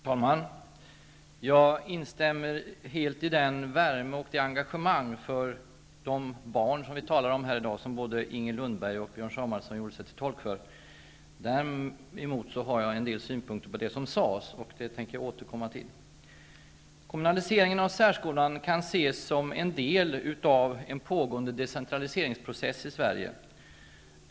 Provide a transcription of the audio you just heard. Herr talman! Jag instämmer helt i den värme och det engagemang för de barn som vi talar om här i dag som både Inger Lundberg och Björn Samuelson här gör sig till tolk för. Däremot har jag en del synpunkter på det som sades, och det tänker jag återkomma till. Kommunaliseringen av särskolan kan ses som en del av en pågående decentraliseringsprocess i Sverige.